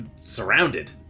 Surrounded